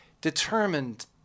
determined